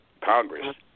Congress